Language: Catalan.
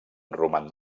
roman